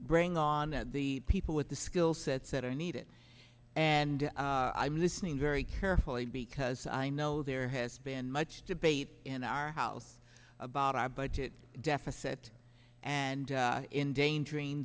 bring on that the people with the skill sets that are needed and i'm listening very carefully because i know there has been much debate in our house about our budget deficit and in danger in